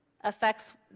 affects